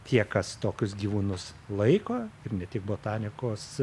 tie kas tokius gyvūnus laiko ir ne tik botanikos